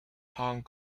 hong